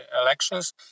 elections